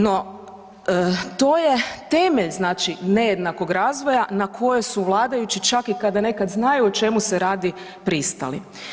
No, to je temelj znači nejednakog razvoja na koje su vladajući čak i kada nekad znaju o čemu se radi, pristali.